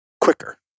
quicker